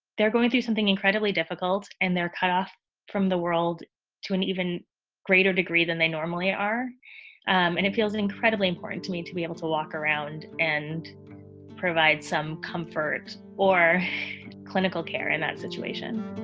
they're going through something incredibly difficult and they're cut off from the world to an even greater degree than they normally are and it feels incredibly important to me to be able to walk around and provide some comfort or clinical care in that situation